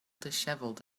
dishevelled